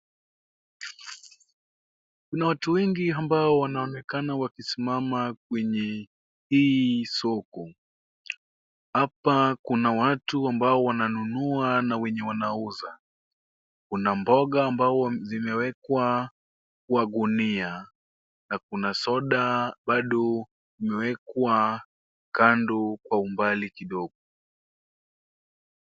Kuna watu wengi sana ambao wanaonekana wakisimama kwenye hii soko. Hapa kuna watu ambao wenye wananunua na wenye wanauza, kuna mboga ambao zimewekwa kwa gunia, na kuna soda bado imewekwa kando kwa umbali kidogo.